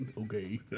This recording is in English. Okay